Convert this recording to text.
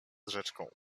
rzeczką